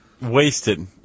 Wasted